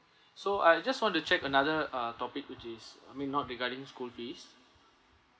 so I'd just want to check another uh topic which is I mean not regarding school fees